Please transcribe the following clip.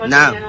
Now